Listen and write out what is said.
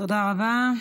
תודה רבה.